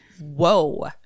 Whoa